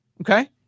okay